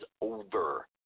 over